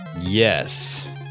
Yes